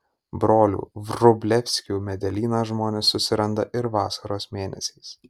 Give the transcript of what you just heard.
brolių vrublevskių medelyną žmonės susiranda ir vasaros mėnesiais